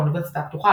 האוניברסיטה הפתוחה,